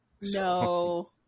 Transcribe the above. No